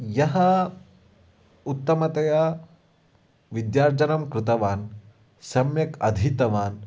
यः उत्तमतया विद्यार्जनं कृतवान् सम्यक् अधीतवान्